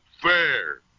fair